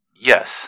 Yes